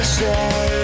say